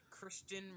Christian